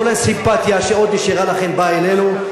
כל הסימפתיה שעוד נשארה לכם באה אלינו.